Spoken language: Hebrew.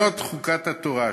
"זאת חקת התורה",